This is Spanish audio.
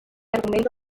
argumento